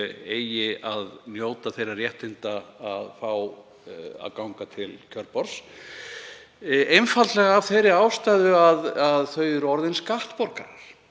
eigi að njóta þeirra réttinda að fá að ganga til kjörborðs einfaldlega af þeirri ástæðu að þau eru orðin skattborgarar.